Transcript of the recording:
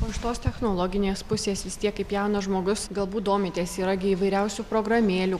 o iš tos technologinės pusės vis tiek kaip jaunas žmogus galbūt domitės yra gi įvairiausių programėlių